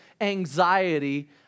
anxiety